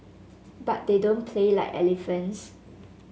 but they don't play like elephants